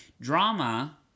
drama